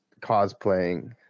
cosplaying